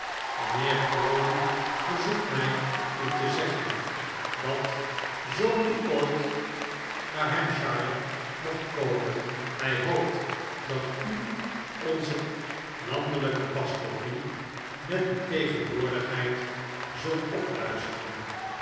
mijnheer crawley verzoekt mij u te zeggen dat zoo u ooit naar hampshire mocht komen hij hoopt dat u onze landelijke pastorie met uw tegenwoordigheid zult opluisteren